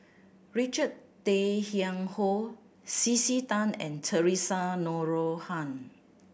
Richard Tay Tian Hoe C C Tan and Theresa Noronha